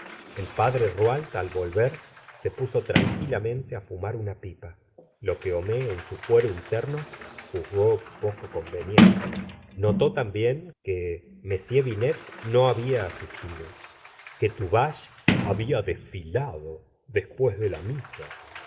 el padre rouault al volver se puso tranquilamente á fumar una pipa lo que homais en su fuero in'terno juzgó poco conveniente notó también que m binet no había asistido que tuvache chabia desfilado después de la mia